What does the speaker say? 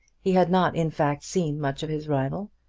he had not, in fact, seen much of his rival,